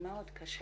מאוד קשה.